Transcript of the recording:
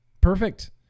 perfect